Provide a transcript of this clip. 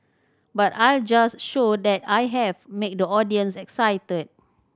but I'll just show that I have make the audience excited